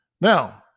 Now